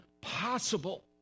possible